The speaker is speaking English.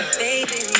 baby